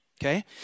okay